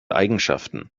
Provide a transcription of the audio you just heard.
eigenschaften